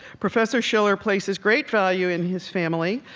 professor schiller places great value in his family.